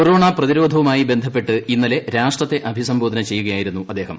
corona പ്രതിരോധവുമായി ബന്ധപ്പെട്ട് ഇന്നലെ രാഷ്ട്രത്തെ അഭിസംബോധന ചെയ്യുകയായിരുന്നു അദ്ദേഹം